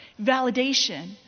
validation